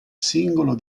singolo